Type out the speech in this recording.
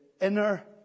inner